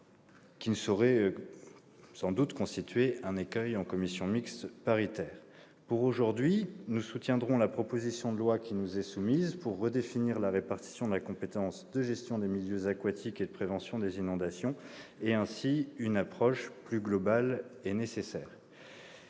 qui ne saurait constituer un écueil en commission mixte paritaire. Pour aujourd'hui, nous soutiendrons la proposition de loi qui nous est soumise pour redéfinir la répartition de la compétence en matière de gestion des milieux aquatiques et de prévention des inondations et, ainsi, une approche plus globale et nécessaire.